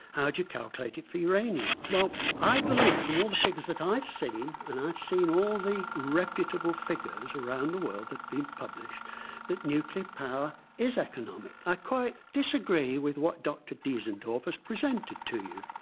how do you calculate it for uranium? well i believe from all the figures that i've seen and i've seen all the reputable figures around the world that have been published that nuclear power is economic. i quite disagree with what dr. diesendorf has presented to you.